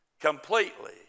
completely